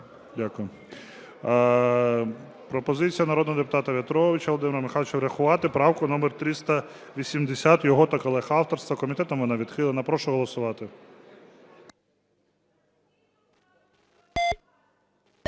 Дякую. Пропозиція народного депутата В'ятровича Володимира Михайловича врахувати правку номер 380 його та колег авторства. Комітетом вона відхилена. Прошу голосувати.